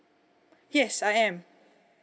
yes I am